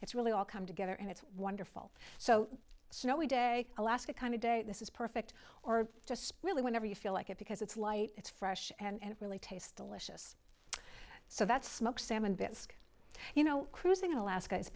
it's really all come together and it's wonderful so snowy day alaska kind of day this is perfect or just really whenever you feel like it because it's light it's fresh and it really taste delicious so that's smoked salmon bits you know cruising in alaska is